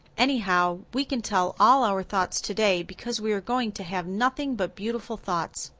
anyhow, we can tell all our thoughts today because we are going to have nothing but beautiful thoughts.